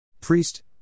Priest